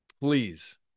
please